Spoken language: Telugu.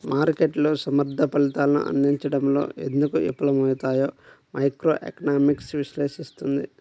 మార్కెట్లు సమర్థ ఫలితాలను అందించడంలో ఎందుకు విఫలమవుతాయో మైక్రోఎకనామిక్స్ విశ్లేషిస్తుంది